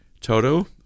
Toto